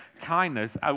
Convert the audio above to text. kindness